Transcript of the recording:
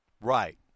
Right